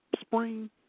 spring